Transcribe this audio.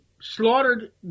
slaughtered